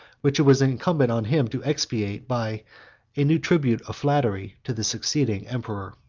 which it was incumbent on him to expiate, by a new tribute of flattery to the succeeding emperor.